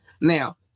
Now